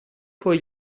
poi